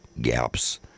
gaps